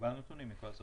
קיבלנו נתונים.